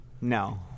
No